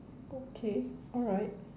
okay alright